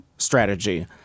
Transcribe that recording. Strategy